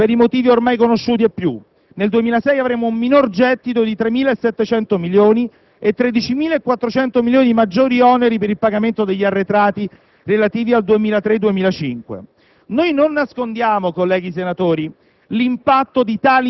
derivanti da tale sentenza saranno particolarmente gravosi per i motivi ormai noti. Nel 2006 avremo un minor gettito di circa 3.700 milioni e 13.400 milioni di maggiori oneri per il pagamento degli arretrati relativi al 2003-2005.